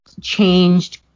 changed